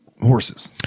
horses